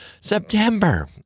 September